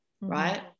Right